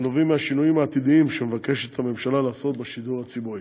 הנובעות מהשינויים העתידיים שהממשלה מבקשת לעשות בשידור הציבורי.